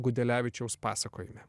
gudelevičiaus pasakojime